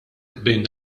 bejn